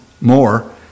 more